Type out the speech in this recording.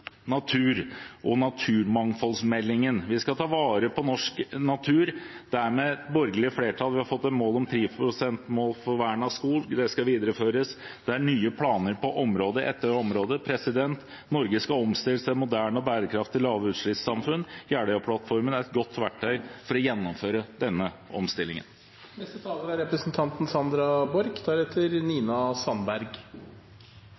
natur og naturmangfoldmeldingen: Vi skal ta vare på norsk natur. Med borgerlig flertall har vi fått et 10-prosentmål for vern av skog. Det skal videreføres. Det er nye planer på område etter område. Norge skal omstilles til et moderne og bærekraftig lavutslippssamfunn. Jeløya-plattformen er et godt verktøy for å gjennomføre denne